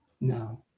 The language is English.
No